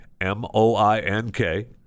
M-O-I-N-K